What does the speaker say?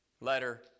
letter